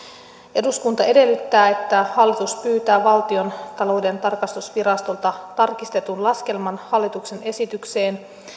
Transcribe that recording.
eduskunta edellyttää että hallitus pyytää valtiontalouden tarkastusvirastolta tarkistetun laskelman hallituksen esitykseen